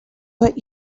but